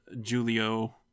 Julio